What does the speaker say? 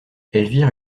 elvire